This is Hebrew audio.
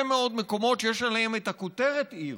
מאוד מקומות שיש עליהם את הכותרת "עיר",